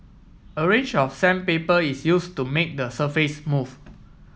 a range of sandpaper is use to make the surface smooth